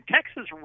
Texas